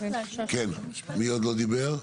מי עוד לא דיבר?